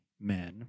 men